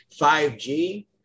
5G